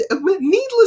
needless